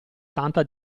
tanta